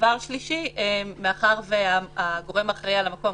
דבר שלישי מאחר שהגורם האחראי על המקום,